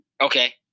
Okay